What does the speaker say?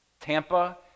Tampa